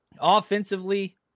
Offensively